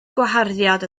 gwaharddiad